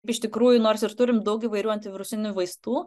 iš tikrųjų nors ir turim daug įvairių antivirusinių vaistų